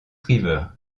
river